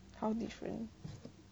how different